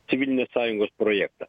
civilinės sąjungos projektą